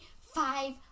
five